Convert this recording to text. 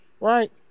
Right